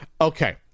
Okay